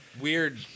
weird